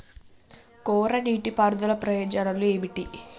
కోరా నీటి పారుదల ప్రయోజనాలు ఏమిటి?